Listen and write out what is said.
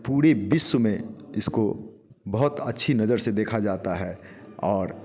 पूरे विश्व में इसको बहुत अच्छी नजर से देखा जाता है और